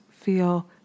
feel